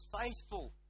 faithful